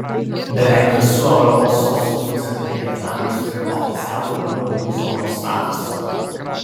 beveik visų europos sostinių centrinės dalys turi oficialų pramogų zonos statusą